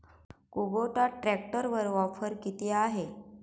Kubota ट्रॅक्टरवर offer किती आहे?